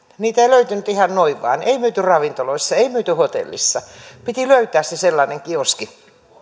niitä ei löytynyt ihan noin vain ei myyty ravintoloissa ei myyty hotellissa piti löytää se sellainen kioski